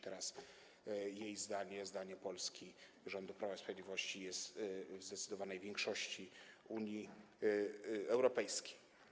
Teraz jej zdanie, zdanie Polski, rządu Prawa i Sprawiedliwości podziela zdecydowana większość w Unii Europejskiej.